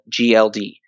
GLD